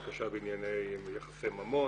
בקשה בענייני יחסי ממון,